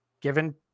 Given